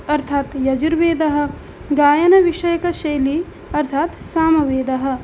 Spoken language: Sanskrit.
अर्थात् यजुर्वेदः गायनविषयकशैली अर्थात् सामवेदः